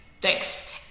Thanks